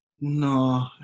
No